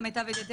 למיטב ידיעתי,